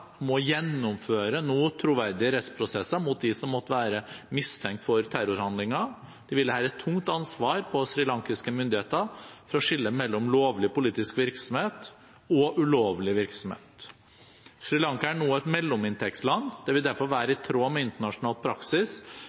må nå gjennomføre troverdige rettsprosesser mot dem som måtte være mistenkt for terrorhandlinger. Det hviler her et tungt ansvar på srilankiske myndigheter for å skille mellom lovlig politisk virksomhet og ulovlig virksomhet. Sri Lanka er nå et mellominntektsland. Det vil derfor være i tråd med internasjonal praksis